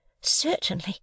Certainly